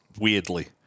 Weirdly